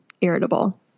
irritable